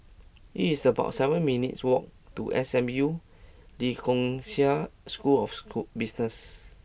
it's about seven minutes' walk to S M U Lee Kong Chian School of Business